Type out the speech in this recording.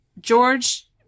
George